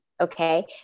Okay